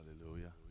Hallelujah